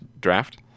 draft